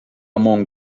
among